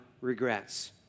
regrets